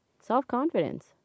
self-confidence